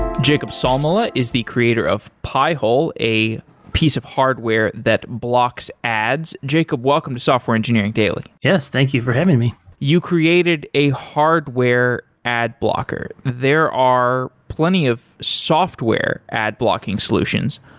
jacob salmela is the creator of pi-hole a piece of hardware that blocks ads. jacob, welcome to software engineering daily yes. thank you for having me you created a hardware ad blocker. there are plenty of software ad blocking solutions.